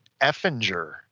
effinger